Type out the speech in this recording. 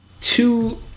two